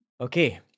Okay